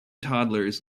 toddlers